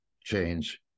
change